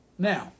Now